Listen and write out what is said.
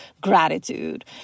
gratitude